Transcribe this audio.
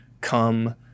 come